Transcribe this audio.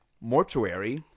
Mortuary